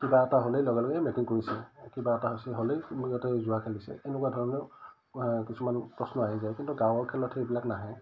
কিবা এটা হ'লে লগে লগে মেকিং কৰিছে কিবা এটা হৈছে হ'লেই ইহঁতে জোৱা খেলিছে এনেকুৱা ধৰণৰ কিছুমান প্ৰশ্ন আহি যায় কিন্তু গাঁৱৰ খেলত সেইবিলাক নাহে